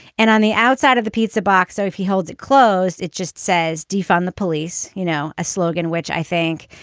and on the outside of the pizza box. so if he holds it close, it just says defund the police. you know, a slogan which i think,